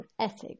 ethics